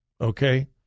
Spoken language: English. okay